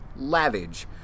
lavage